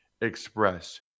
Express